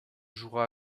jouera